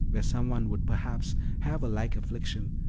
where some one would perhaps have a like affliction,